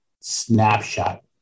snapshot